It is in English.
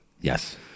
Yes